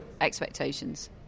expectations